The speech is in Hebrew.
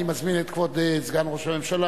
אני מזמין את כבוד סגן ראש הממשלה.